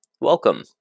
Welcome